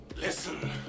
Listen